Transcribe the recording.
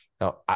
Now